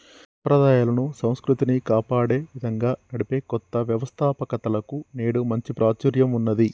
సంప్రదాయాలను, సంస్కృతిని కాపాడే విధంగా నడిపే కొత్త వ్యవస్తాపకతలకు నేడు మంచి ప్రాచుర్యం ఉన్నది